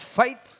faith